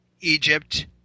Egypt